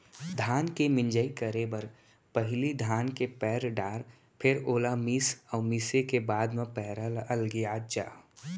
धान के मिंजई करे बर पहिली धान के पैर डार फेर ओला मीस अउ मिसे के बाद म पैरा ल अलगियात जा